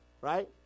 right